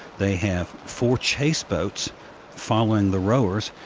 they have four chase boats following the rowers,